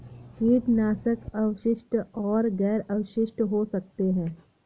कीटनाशक अवशिष्ट और गैर अवशिष्ट हो सकते हैं